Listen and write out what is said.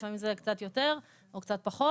לפעמים זה קצת יותר או קצת פחות